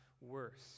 worse